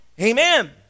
Amen